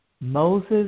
Moses